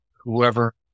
whoever